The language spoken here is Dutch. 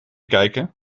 kijken